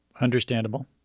Understandable